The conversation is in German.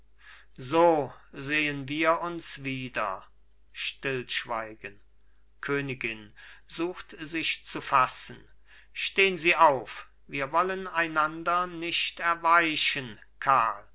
so sehen wir uns wieder stillschweigen königin sucht sich zu fassen stehn sie auf wir wollen einander nicht erweichen karl